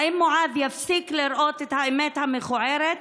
האם מועאז יפסיק לראות את האמת המכוערת?